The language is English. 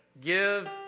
give